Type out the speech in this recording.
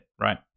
right